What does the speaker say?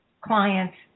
clients